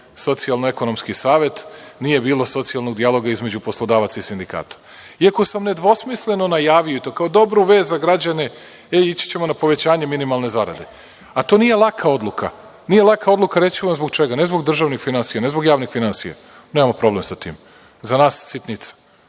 socijalnoekonomski savet, nije bilo socijalnog dijaloga između poslodavaca i sindikata? Iako sam nedvosmisleno najavio, i to kao dobru vest za građane – e, ići ćemo na povećanje minimalne zarade, a to nije laka odluka. Nije laka odluka i reći ću vam zbog čega. Ne zbog državnih finansija, ne zbog javnih finansija, nemamo problem sa tim, za nas sitnica,